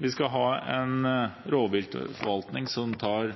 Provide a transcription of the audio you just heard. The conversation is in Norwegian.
Vi skal ha en rovviltforvaltning som tar